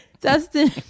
Dustin